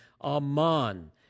aman